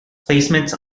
placements